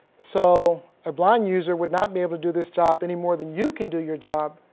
so. a blind user would not be able to do this job anymore than you can do your job.